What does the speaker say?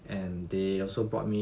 and they also brought me